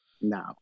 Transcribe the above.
No